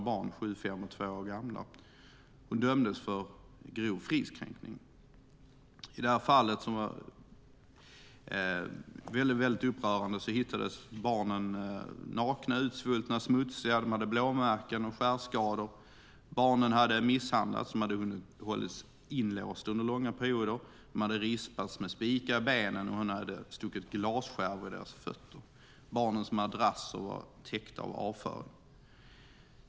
Hon hade tre små barn som var sju, fem och två år gamla. I det här fallet, som var väldigt upprörande, hittades barnen nakna, utsvultna och smutsiga. De hade blåmärken och skärskador och hade misshandlats och hållits instängda under långa perioder. Barnen hade rispats med spikar i benen, och hon hade stuckit glasskärvor i deras fötter. Deras madrasser var täckta av avföring.